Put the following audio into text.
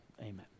amen